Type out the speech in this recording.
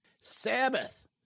Sabbath